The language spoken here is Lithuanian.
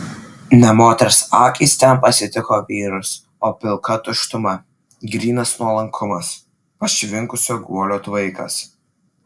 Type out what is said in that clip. ne moters akys ten pasitiko vyrus o pilka tuštuma grynas nuolankumas pašvinkusio guolio tvaikas